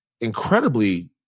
incredibly